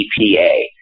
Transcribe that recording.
EPA